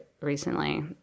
recently